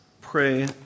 pray